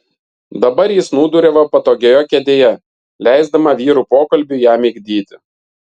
dabar ji snūduriavo patogioje kėdėje leisdama vyrų pokalbiui ją migdyti